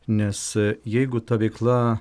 nes jeigu ta veikla